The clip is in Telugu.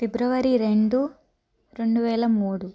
ఫిబ్రవరి రెండు రెండు వేల మూడు